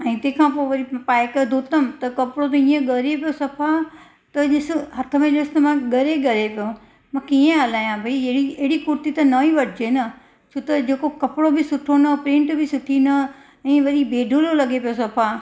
ऐं तंहिंखां पोइ वरी पाए करे धोतमि त कपिड़ो बि हीअं ॻरे पियो सफा त ॾिसो हथ में ॾिसु त ॻरे ई ॻरे थो मां कीअं हलायां भाई अहिड़ी अहिड़ी कुर्ती त न ई वठिजे न छो त जेको कपिड़ो बि सुठो न प्रिंट बि सुठी न ऐं वरी बेडोलो लॻे पियो सफा